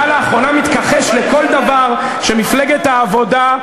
אתה לאחרונה מתכחש לכל דבר שמפלגת העבודה,